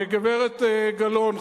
גברת גלאון,